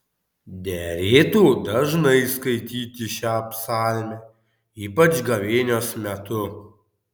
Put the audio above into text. derėtų dažnai skaityti šią psalmę ypač gavėnios metu